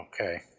Okay